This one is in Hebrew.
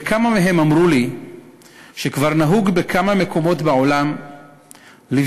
וכמה מהם אמרו לי שכבר נהוג בכמה מקומות בעולם לבדוק,